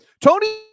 Tony